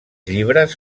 llibres